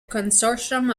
consortium